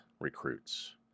recruits